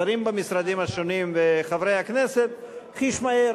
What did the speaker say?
השרים במשרדים השונים וחברי הכנסת חיש מהר